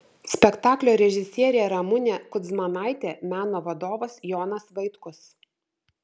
spektaklio režisierė ramunė kudzmanaitė meno vadovas jonas vaitkus